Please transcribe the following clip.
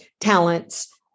talents